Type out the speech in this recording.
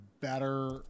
better